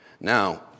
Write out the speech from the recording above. Now